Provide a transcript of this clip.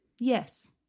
Yes